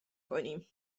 کنیم